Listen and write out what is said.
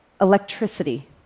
electricity